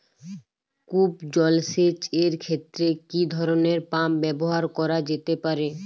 কূপ জলসেচ এর ক্ষেত্রে কি ধরনের পাম্প ব্যবহার করা যেতে পারে?